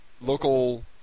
local